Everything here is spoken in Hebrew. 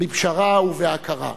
בפשרה ובהכרה.